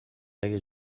اگه